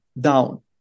down